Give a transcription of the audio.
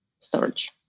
Storage